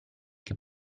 che